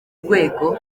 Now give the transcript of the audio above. rwego